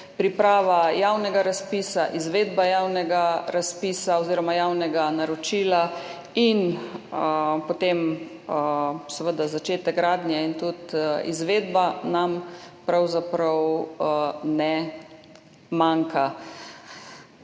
priprava javnega razpisa, izvedba javnega razpisa oziroma javnega naročila in potem seveda začetek gradnje in tudi izvedba pravzaprav ne manjka.